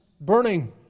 burning